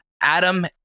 Adam